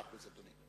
מאה אחוז, אדוני.